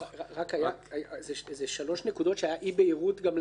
אלה שלוש נקודות שהיה אי-בהירות לגביהן.